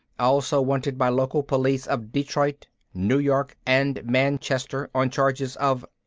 also wanted by local police of detroit, new york and manchester on charges of.